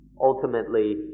Ultimately